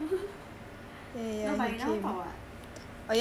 he come he come ya oh ya he came hor